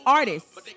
artists